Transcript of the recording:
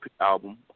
album